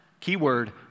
keyword